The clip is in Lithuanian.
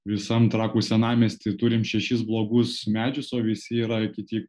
visam trakų senamiesty turim šešis blogus medžius o visi yra kiti